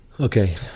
Okay